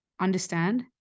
understand